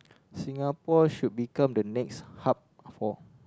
Singapore should become the next hub for